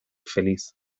feliz